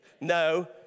no